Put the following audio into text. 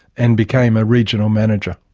and became a regional manager.